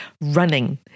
running